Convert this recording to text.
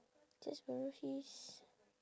just borrow his